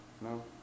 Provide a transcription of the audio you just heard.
No